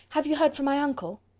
have you heard from my uncle?